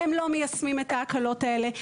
הם לא מיישמים את ההקלות האלה.